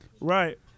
right